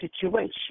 situation